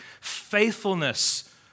faithfulness